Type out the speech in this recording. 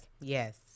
yes